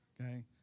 okay